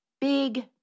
big